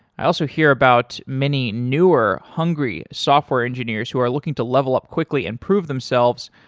i also hear about many newer hungry software engineers who are looking to level up quickly and prove themselves,